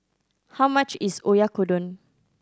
how much is Oyakodon